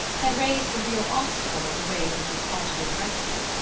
had raised the real obstacle in the way of mrs. fontage's rescue.